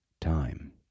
time